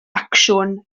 acsiwn